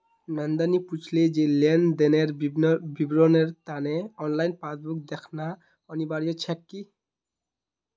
नंदनी पूछले जे लेन देनेर विवरनेर त न ऑनलाइन पासबुक दखना अनिवार्य छेक की